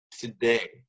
today